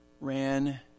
ran